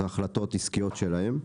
אלה החלטות עסקיות שלהם,